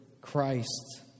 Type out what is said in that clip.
Christ